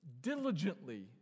Diligently